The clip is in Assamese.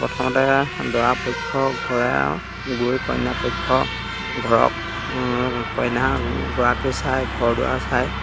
প্ৰথমতে দৰা পক্ষ ঘৰে আৰু গৈ কইনা পক্ষ ঘৰক কইনা গৰাকী চায় ঘৰ দুৱাৰ চায়